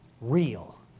real